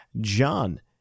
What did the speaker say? John